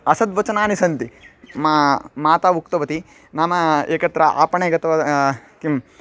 असद्वचनानि सन्ति मा माता उक्तवती नाम एकत्र आपणे गत्वा किं